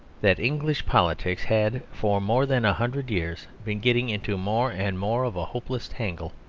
that english politics had for more than a hundred years been getting into more and more of a hopeless tangle